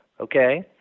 okay